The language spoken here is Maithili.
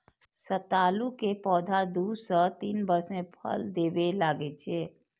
सतालू के पौधा दू सं तीन वर्ष मे फल देबय लागै छै